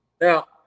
Now